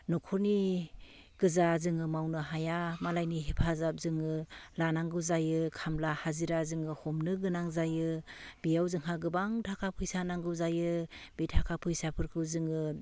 न'खरनि गोजा जोङो मावनो हाया मालायनि हेफाजाब जोङो लानांगौ जायो खामला हाजिरा जोङो हमनो गोनां जायो बेयाव जोंहा गोबां थाखा फैसा नांगौ जायो बे थाखा फैसाफोरखौ जोङो